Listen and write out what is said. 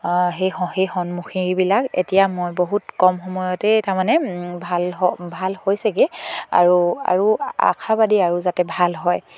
সেই সেই সন্মুখীনবিলাক এতিয়া মই বহুত কম সময়তে তাৰমানে ভাল ভাল হৈছেগৈ আৰু আৰু আশাবাদী আৰু যাতে ভাল হয়